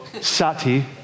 sati